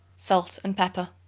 salt and pepper.